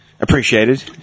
appreciated